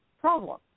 problem